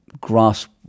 grasp